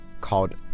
called